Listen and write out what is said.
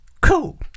Cool